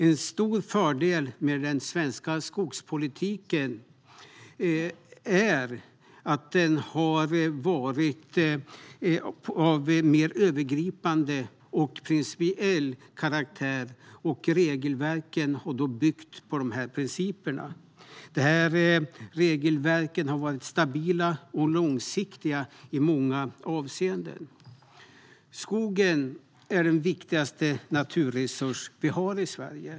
En stor fördel med den svenska skogspolitiken är att den har varit av en mer övergripande och principiell karaktär, och regelverken har byggt på dessa principer. Dessa regelverk har varit stabila och långsiktiga i många avseenden. Skogen är den viktigaste naturresurs vi har i Sverige.